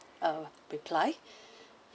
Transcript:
uh reply